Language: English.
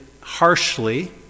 harshly